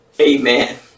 Amen